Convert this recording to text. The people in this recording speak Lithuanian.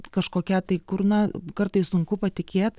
kažkokia tai kur na kartais sunku patikėt